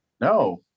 No